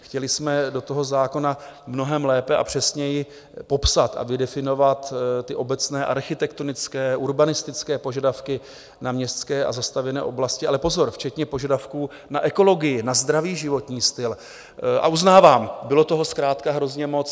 Chtěli jsme do toho zákona mnohem lépe a přesněji popsat a vydefinovat ty obecné architektonické, urbanistické požadavky na městské a zastavěné oblasti, ale pozor, včetně požadavků na ekologii, na zdravý životní styl, a uznávám, bylo toho zkrátka hrozně moc.